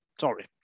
sorry